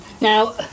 now